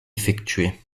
effectué